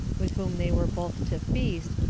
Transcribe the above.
with whom they were both to feast,